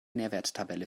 nährwerttabelle